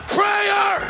prayer